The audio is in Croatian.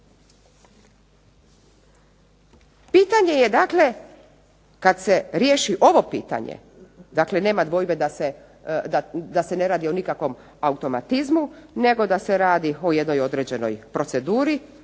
Pitanje je dakle kada se riješi ovo pitanje dakle nema dvojbe da se ne radi o nikakvom automatizmu, nego da se radi o jednoj određenoj proceduri